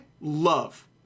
love